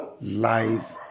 life